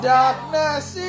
Darkness